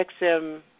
XM